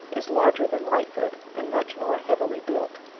is larger than lightfoot and much more heavily built.